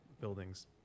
buildings